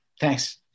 thanks